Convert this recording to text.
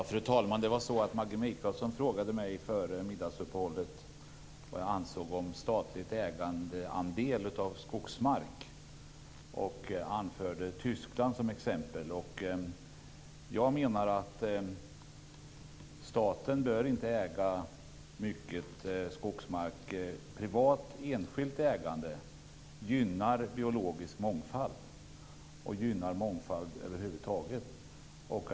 Fru talman! Maggi Mikaelsson frågade mig före middagsuppehållet vad jag ansåg om statlig ägarandel av skogsmark. Hon anförde Tyskland som exempel. Jag menar att staten inte bör äga mycket skogsmark. Privat, enskilt ägande gynnar biologisk mångfald och mångfald över huvud taget.